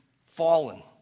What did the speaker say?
fallen